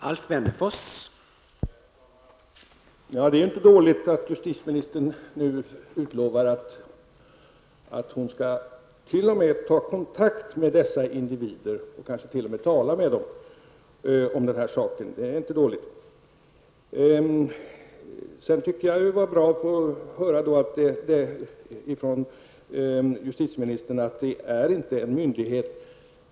Herr talman! Det är inte dåligt att justitieministern nu lovar att hon t.o.m. skall ta kontakt med berörda individer. Justitieministern kommer kanske t.o.m. att tala med dem om den här saken, och det är alltså inte dåligt. Det var bra att från justitieministern få beskedet att vigselnämnden inte är en myndighet.